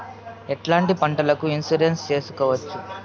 ఎట్లాంటి పంటలకు ఇన్సూరెన్సు చేసుకోవచ్చు?